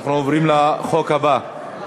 אנחנו עוברים להצעת חוק הבאה,